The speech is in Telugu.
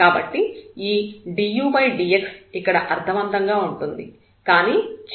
కాబట్టి ఈ dudx ఇక్కడ అర్థవంతంగా ఉంటుంది